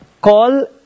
call